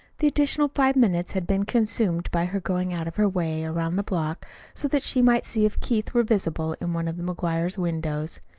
the additional five minutes had been consumed by her going out of her way around the block so that she might see if keith were visible in one of the mcguires' windows.